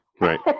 Right